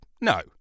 No